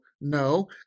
no